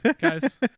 guys